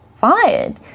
fired